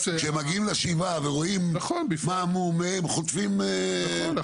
כשמגיעים לשבעה ורואים מה מו מי הם חוטפים --- נכון,